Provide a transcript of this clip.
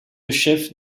chef